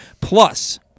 plus